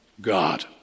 God